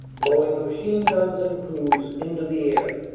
blowing the machine-guns and crews into the air.